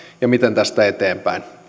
ja kolmantena siitä miten tästä eteenpäin